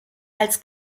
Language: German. als